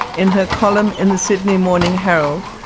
in her column in the sydney morning herald,